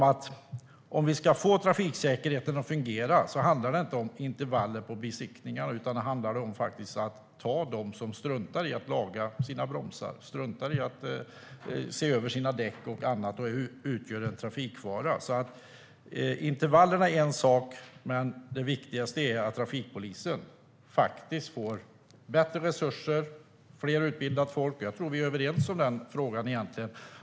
Att få trafiksäkerheten att fungera handlar inte om intervaller mellan besiktningar, utan det handlar om att ta dem som struntar i att laga bromsarna, struntar i att se över däck och annat och som utgör en trafikfara. Intervallerna är en sak, men det viktigaste är att trafikpolisen får mer resurser och mer utbildat folk. Jag tror att vi är överens i den frågan egentligen.